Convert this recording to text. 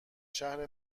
شهر